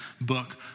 book